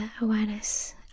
awareness